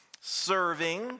serving